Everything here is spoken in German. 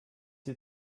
die